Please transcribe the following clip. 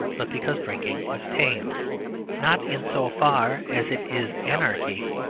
but because drinking is tame not in so far as it is anarchy,